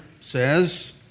says